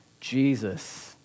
Jesus